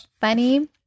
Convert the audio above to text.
funny